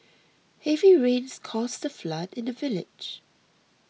heavy rains caused a flood in the village